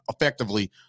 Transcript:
effectively –